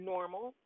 Normal